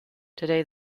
today